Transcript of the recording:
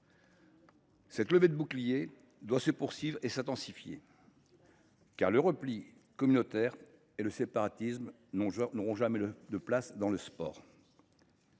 Cette levée de boucliers doit se poursuivre et s’intensifier, car le repli communautaire et le séparatisme n’auront jamais leur place dans le sport.